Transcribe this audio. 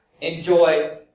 enjoy